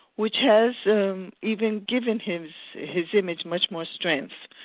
which has um even given his his image much more strength.